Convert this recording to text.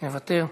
מוותר,